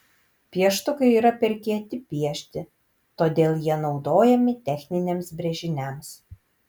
pieštukai yra per kieti piešti todėl jie naudojami techniniams brėžiniams